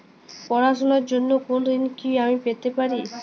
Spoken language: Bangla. পড়াশোনা র জন্য কোনো ঋণ কি আমি পেতে পারি?